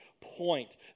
point